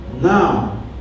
Now